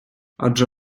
адже